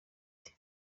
ati